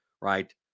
Right